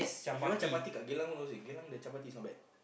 if you want chapati kat Geylang one Geylang the chapati is not bad